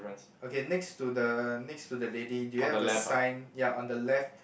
okay next to the next to the lady do you have a sign ya on the left